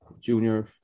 Junior